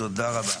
תודה רבה.